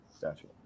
Gotcha